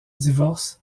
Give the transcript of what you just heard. divorcent